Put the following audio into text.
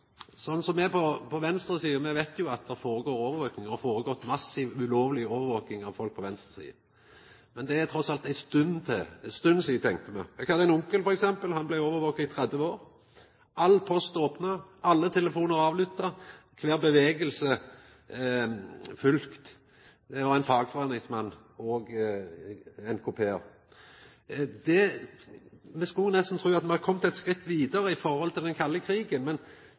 at det føregår overvaking. Det har føregått massiv, ulovleg overvaking av folk på venstresida. Men det er trass alt ei stund sia. Eg hadde f.eks. ein onkel som blei overvaka i 30 år – all post blei opna, alle telefonar blei avlytta, kvar bevegelse blei følgd. Han var ein fagforeiningsmann og NKP-ar. Eg skulle nesten tru at me hadde kome eit skritt vidare i forhold til den kalde krigen. Men